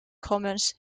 commons